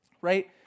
right